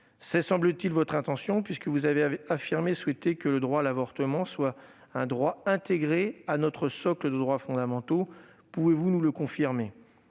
le secrétaire d'État, puisque vous avez affirmé souhaiter que le droit à l'avortement soit intégré à notre socle de droits fondamentaux. Pouvez-vous nous le confirmer ?